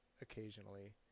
occasionally